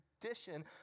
tradition